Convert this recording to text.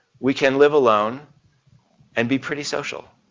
we can live alone and be pretty social.